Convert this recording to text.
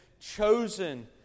chosen